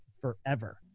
forever